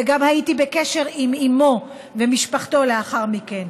וגם הייתי בקשר עם אימו ומשפחתו לאחר מכן.